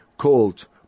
called